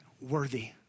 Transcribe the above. worthy